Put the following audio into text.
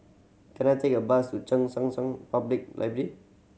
can I take a bus to Cheng San San Public Library